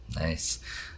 Nice